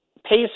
pays